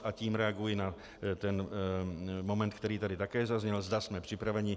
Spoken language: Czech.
A tím reaguji na ten moment, který tady také zazněl, zda jsme připraveni.